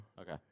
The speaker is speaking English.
Okay